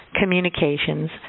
communications